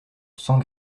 sans